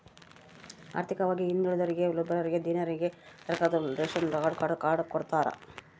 ಆರ್ಥಿಕವಾಗಿ ಹಿಂದುಳಿದೋರಿಗೆ ದುರ್ಬಲರಿಗೆ ದೀನರಿಗೆ ಸರ್ಕಾರದೋರು ರೇಶನ್ ಕಾರ್ಡ್ ಕೊಡ್ತಾರ